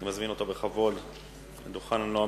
אני מזמין אותו בכבוד לדוכן הנואמים.